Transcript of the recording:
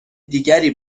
دیگری